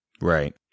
Right